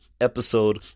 episode